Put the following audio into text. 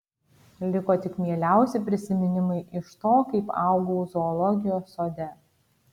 liko tik mieliausi prisiminimai iš to kaip augau zoologijos sode